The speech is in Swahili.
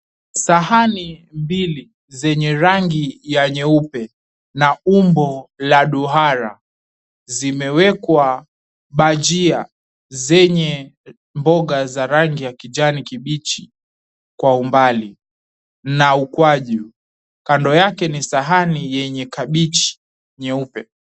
Sahani mbili zenye rangi ya nyeupe na umbo la duara zimewekwa bajia zenye mboga za rangi ya kijani kibichi kwa umbali na ukwaju. Kando yake ni sahani yenye kabichi nyeupe.